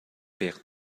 pek